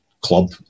club